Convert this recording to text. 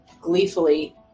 gleefully